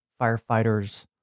firefighters